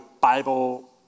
Bible